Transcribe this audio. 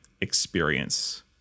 experience